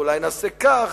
אולי נעשה כך,